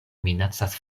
minacas